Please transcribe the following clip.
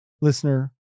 listener